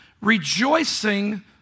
rejoicing